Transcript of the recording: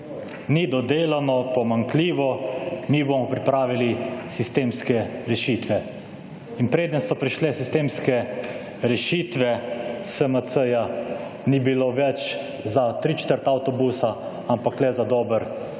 Ni dodelano, pomanjkljivo, mi bomo pripravili sistemske rešitve. In preden so prišle sistemske rešitve, SMC-ja ni bilo več za tri četrt avtobusa, ampak le za dober šolski